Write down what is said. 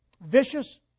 vicious